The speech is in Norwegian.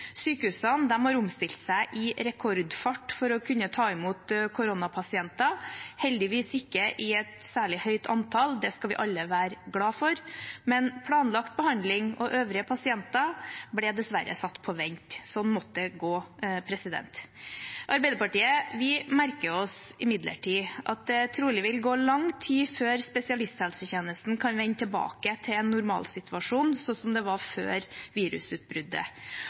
Sykehusene har omstilt seg i rekordfart for å kunne ta imot koronapasienter – heldigvis ikke i et særlig høyt antall. Det skal vi alle være glade for. Men planlagt behandling og øvrige pasienter ble dessverre satt på vent. Slik måtte det gå. Arbeiderpartiet merker seg imidlertid at det trolig vil gå lang tid før spesialisthelsetjenesten kan vende tilbake til en normalsituasjon, slik det var før virusutbruddet,